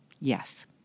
Yes